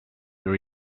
your